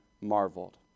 marveled